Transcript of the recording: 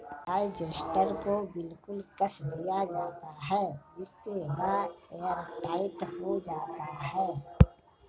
digester को बिल्कुल कस दिया जाता है जिससे वह एयरटाइट हो जाता है